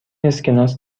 اسکناس